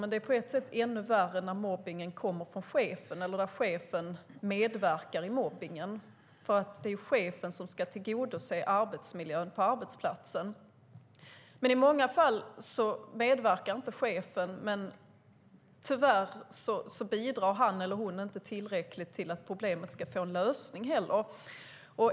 Men det är på ett sätt ännu värre när mobbningen kommer från chefen, eller när chefen medverkar i mobbningen, eftersom det är chefen som ska se till att det är en bra arbetsmiljö på arbetsplatsen. I många fall medverkar inte chefen i mobbningen, men tyvärr bidrar han eller hon inte tillräckligt till att problemet ska få en lösning.